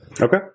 Okay